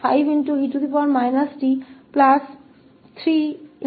तो हमें 5e t3e4t मिलता है